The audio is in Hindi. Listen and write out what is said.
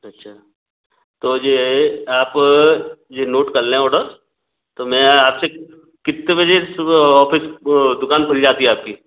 अच्छा तो यह आप यह नोट कर लें ऑर्डर तो मैं आप से कितने बजे सुबह ऑफ़िस दुकान खुल जाती है आपकी